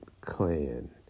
clan